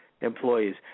employees